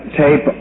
tape